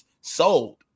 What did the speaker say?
sold